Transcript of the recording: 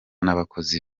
n’abakozi